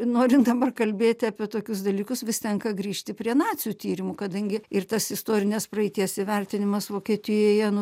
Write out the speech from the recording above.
norint dabar kalbėti apie tokius dalykus vis tenka grįžti prie nacių tyrimų kadangi ir tas istorinės praeities įvertinimas vokietijoje nu